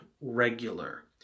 regular